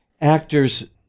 actors